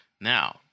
Now